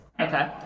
Okay